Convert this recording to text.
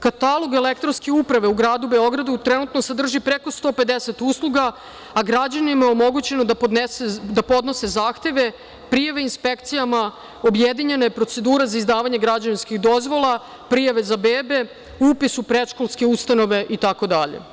Katalog elektronske uprave u gradu Beogradu trenutno sadrži preko 150 usluga, a građanima je omogućeno da podnose zahteve, prijave inspekcijama, objedinjena je procedura za izdavanje građevinskih dozvola, prijave za bebe, upis u predškolske ustanove itd.